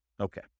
Okay